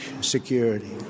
security